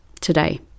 today